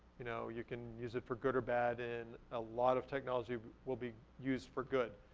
you know you can use it for good or bad and a lot of technology will be used for good,